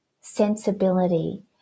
sensibility